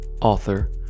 author